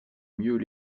mieux